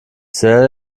zähle